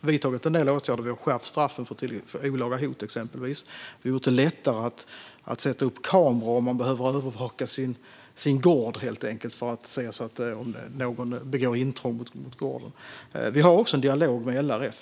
vidtagit en del åtgärder. Vi har exempelvis skärpt straffen för olaga hot och gjort det lättare att sätta upp kameror om man riskerar intrång och behöver övervaka sin gård. Vi har också en dialog med LRF.